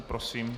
Prosím.